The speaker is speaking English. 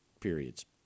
periods